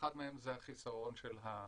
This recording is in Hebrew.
ואחד מהם זה החיסרון של הדיוק.